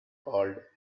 called